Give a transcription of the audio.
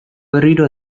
berriro